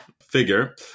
figure